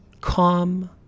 Calm